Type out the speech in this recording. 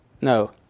No